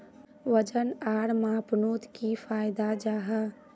वजन आर मापनोत की फायदा जाहा?